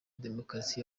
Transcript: demokarasi